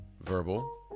verbal